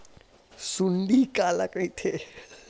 सुंडी काला कइथे?